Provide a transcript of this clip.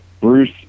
Bruce